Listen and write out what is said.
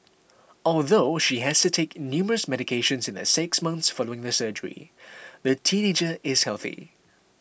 although she has to take numerous medications in the six months following the surgery the teenager is healthy